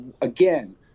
again